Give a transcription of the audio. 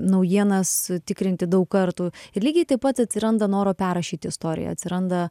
naujienas tikrinti daug kartų ir lygiai taip pat atsiranda noro perrašyti istoriją atsiranda